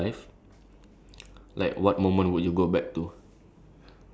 wait if you could relive means go back in time